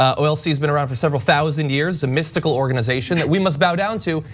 ah olc has been around for several thousand years, a mystical organization that we must bow down to,